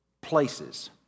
places